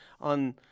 on